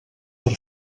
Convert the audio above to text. per